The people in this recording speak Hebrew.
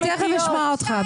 אני תיכף אשמע אותך.